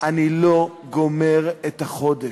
אני לא גומר את החודש.